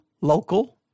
local